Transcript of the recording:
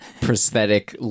prosthetic